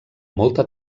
molta